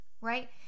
right